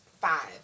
five